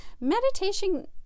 Meditation